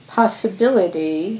possibility